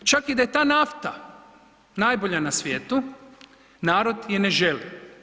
Čak i da je ta nafta najbolja na svijetu, narod je ne želi.